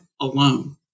alone